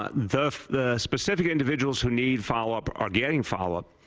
ah the the specific individuals who need follow-up are getting follow-up.